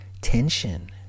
tension